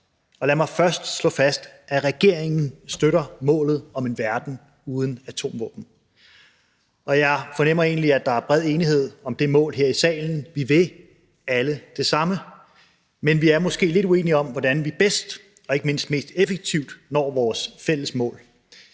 Lad mig først slå fast, at regeringen støtter målet om en verden uden atomvåben. Og jeg fornemmer egentlig, at der er bred enighed om det mål her i salen: Vi vil alle det samme. Men vi er måske lidt uenige om, hvordan vi bedst og ikke mindst mest effektivt når vores fælles mål.